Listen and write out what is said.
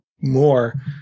more